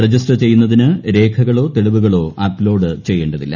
register ചെയ്യുന്നതിന്റ് ര്േഖകളോ തെളിവുകളോ അപ്ലോഡ് ചെയ്യേണ്ടതില്ല